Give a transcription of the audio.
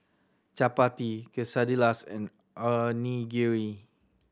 Chapati Quesadillas and Onigiri